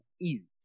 Easy